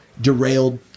derailed